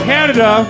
Canada